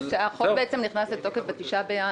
שהחוק נכנס לתוקף ביום